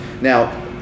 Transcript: now